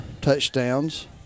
touchdowns